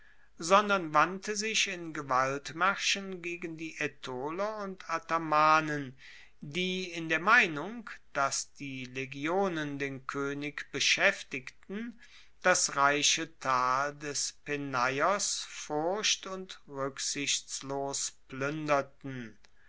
sondern wandte sich in gewaltmaerschen gegen die aetoler und athamanen die in der meinung dass die legionen den koenig beschaeftigten das reiche tal des peneios furcht und ruecksichtslos pluenderten